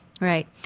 Right